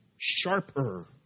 sharper